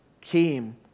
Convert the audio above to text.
came